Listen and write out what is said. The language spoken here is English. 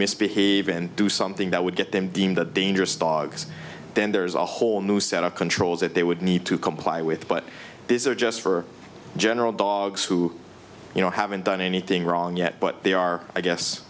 misbehave and do something that would get them deemed the dangerous dogs then there's a whole new set of controls that they would need to comply with but these are just for general dogs who you know haven't done anything wrong yet but they are i guess